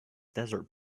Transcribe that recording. desert